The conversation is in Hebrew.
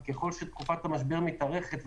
כי ככל שתקופת המשבר מתארכת,